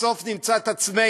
בסוף נמצא את עצמנו